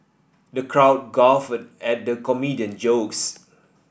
the crowd guffawed at the comedian jokes